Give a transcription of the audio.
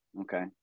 Okay